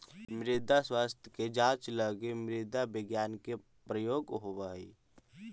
मृदा स्वास्थ्य के जांच लगी मृदा विज्ञान के प्रयोग होवऽ हइ